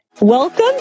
Welcome